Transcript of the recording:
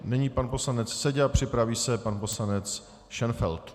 Nyní pan poslanec Seďa, připraví se pan poslanec Šenfeld.